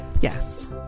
Yes